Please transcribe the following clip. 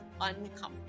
uncomfortable